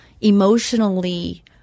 emotionally